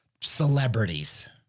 celebrities